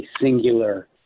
singular